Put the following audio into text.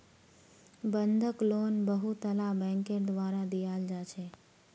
बंधक लोन बहुतला बैंकेर द्वारा दियाल जा छे